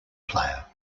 player